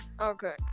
Okay